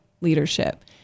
leadership